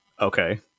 Okay